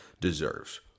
deserves